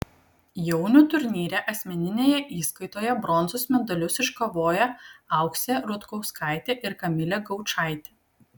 jaunių turnyre asmeninėje įskaitoje bronzos medalius iškovojo auksė rutkauskaitė ir kamilė gaučaitė